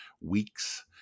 weeks